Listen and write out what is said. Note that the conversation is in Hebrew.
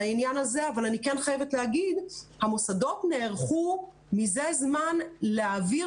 אבל אני כן חייבת לומר שהמוסדות נערכו מזה זמן להעביר